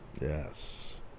Yes